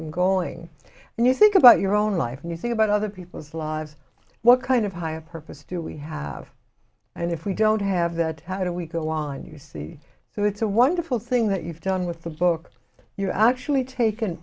them going and you think about your own life and you think about other people's lives what kind of higher purpose do we have and if we don't have that how do we go on you see so it's a wonderful thing that you've done with the book you actually taken